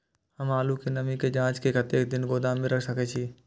हम आलू के नमी के जाँच के कतेक दिन गोदाम में रख सके छीए?